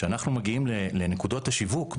כשאנחנו מגיעים לנקודות השיווק,